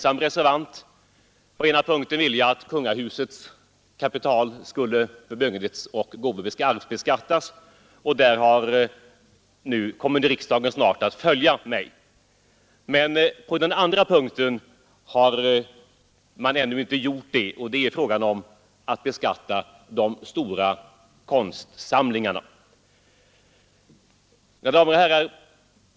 På den ena punkten ville jag att kungahusets kapital skulle förmögenhetsoch arvsbeskattas, och där kommer riksdagen nu snart att följa mig. Men på den andra punkten är man ännu inte beredd att göra det, och det gäller frågan om att beskatta de stora konstsamlingarna. Mina damer och herrar!